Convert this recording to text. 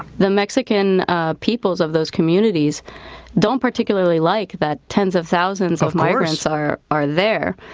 the mexican ah peoples of those communities don't particularly like that tens of thousands of migrants are are there,